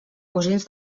cosins